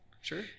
Sure